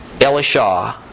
Elisha